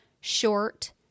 short